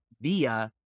via